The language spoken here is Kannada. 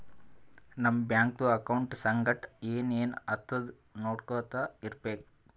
ನಮ್ ಬ್ಯಾಂಕ್ದು ಅಕೌಂಟ್ ಸಂಗಟ್ ಏನ್ ಏನ್ ಆತುದ್ ನೊಡ್ಕೊತಾ ಇರ್ಬೇಕ